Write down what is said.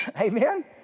Amen